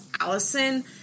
Allison